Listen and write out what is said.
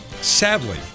sadly